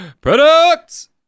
Products